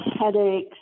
headaches